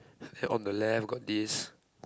ah on the left got this